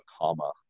comma